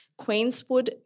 Queenswood